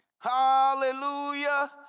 Hallelujah